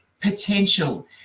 potential